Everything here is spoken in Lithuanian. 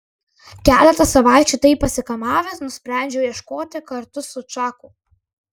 keletą savaičių taip pasikamavęs nusprendžiau ieškoti kartu su čaku